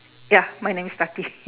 ya my name is tati